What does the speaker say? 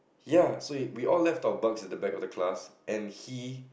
ya so he we all left our bug at the back of the class and he